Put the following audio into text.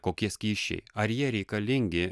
kokie skysčiai ar jie reikalingi